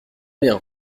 bien